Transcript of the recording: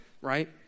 right